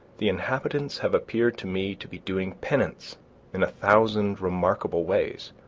the inhabitants have appeared to me to be doing penance in a thousand remarkable ways.